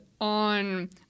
on